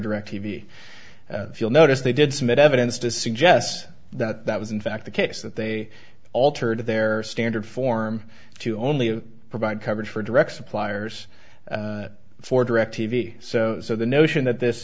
direct t v if you'll notice they did submit evidence to suggest that that was in fact the case that they altered their standard form to only provide coverage for direct suppliers for direct t v so so the notion that this